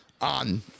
on